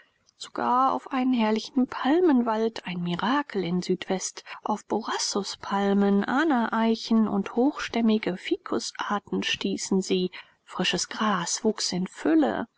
sogar auf einen herrlichen palmenwald ein mirakel in südwest auf borassuspalmen ana eichen und hochstämmige ficusarten stießen sie frisches gras wuchs in fülle